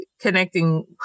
connecting